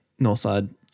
Northside